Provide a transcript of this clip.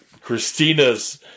Christina's